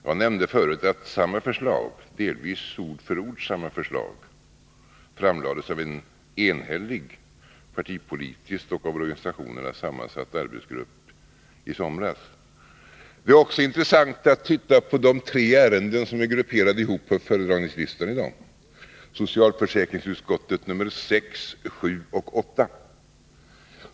Jag nämnde förut att samma förslag, delvis ord för ord samma förslag, framlades av en enhällig partipolitiskt och av organisationerna sammansatt arbetsgrupp i somras. Det är också intressant att titta på de tre ärenden som är grupperade ihop på föredragningslistan i dag, nämligen socialförsäkringsutskottets betänkanden 5, 7 och 8.